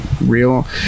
real